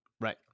Right